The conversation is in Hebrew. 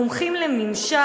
מומחים לממשל,